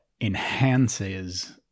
enhances